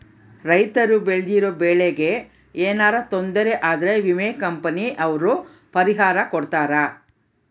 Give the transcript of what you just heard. ರೈತರು ಬೆಳ್ದಿರೋ ಬೆಳೆ ಗೆ ಯೆನರ ತೊಂದರೆ ಆದ್ರ ವಿಮೆ ಕಂಪನಿ ಅವ್ರು ಪರಿಹಾರ ಕೊಡ್ತಾರ